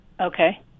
Okay